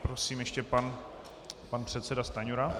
Prosím, ještě pan předseda Stanjura.